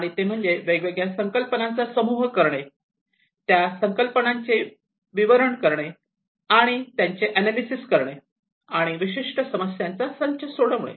आणि ते म्हणजे वेगवेगळ्या संकल्पनांचा समूह करणे त्या संकल्पनांचे विवरण करणे आणि त्यांचे अनालिसिस करणे आणि विशिष्ट समस्यांचा संच सोडविणे